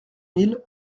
mille